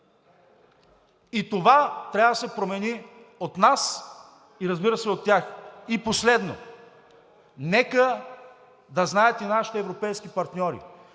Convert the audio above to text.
И това трябва да се промени от нас и разбира се, от тях. И последно. Нека да знаят и нашите европейски партньори: